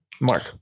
Mark